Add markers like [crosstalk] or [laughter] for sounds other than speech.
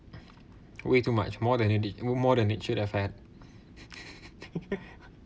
way too much more than it they were more than it should have had [laughs]